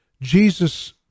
Jesus